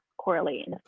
correlate